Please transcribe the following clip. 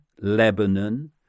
Lebanon